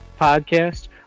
podcast